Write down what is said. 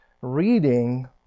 reading